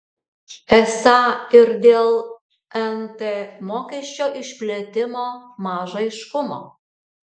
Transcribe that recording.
esą ir dėl nt mokesčio išplėtimo maža aiškumo